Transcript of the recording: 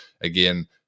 again